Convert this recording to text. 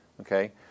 Okay